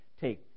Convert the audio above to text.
Take